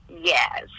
yes